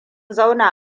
zauna